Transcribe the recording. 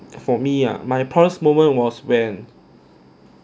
for me ah my proudest moment was when